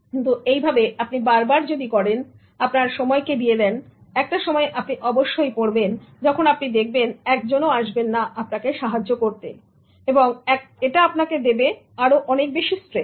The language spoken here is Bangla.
কিন্তু এই ভাবে আপনি বারবার যদি করেন এবং আপনার সময়কে দিয়ে দেন একটা সময়ে আপনি অবশ্যই পড়বেন যখন আপনি দেখবেন একজনও আসবেন না আপনাকে সাহায্য করতে এবং আবার এটা আপনাকে দেবে অনেক স্ট্রেস